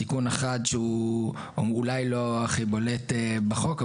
תיקון אחד שהוא אולי לא הכי בולט בחוק,